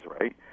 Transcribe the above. right